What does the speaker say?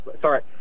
Sorry